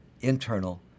internal